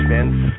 Vince